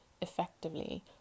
effectively